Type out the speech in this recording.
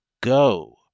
Go